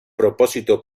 propósito